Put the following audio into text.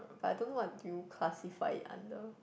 but I don't know what you classify it under